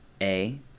A-